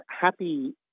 happy